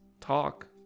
talk